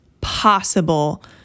possible